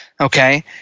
Okay